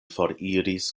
foriris